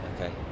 Okay